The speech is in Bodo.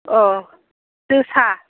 अ जोसा